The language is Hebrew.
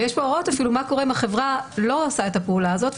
ויש פה הוראות אפילו מה קורה אם החברה לא עושה את הפעולה הזאת,